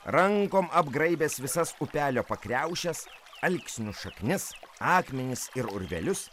rankom apgraibęs visas upelio pakriaušes alksnių šaknis akmenis ir urvelius